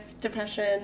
depression